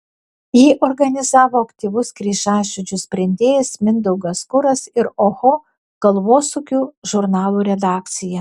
jį organizavo aktyvus kryžiažodžių sprendėjas mindaugas kuras ir oho galvosūkių žurnalų redakcija